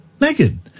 Megan